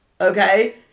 okay